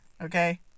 okay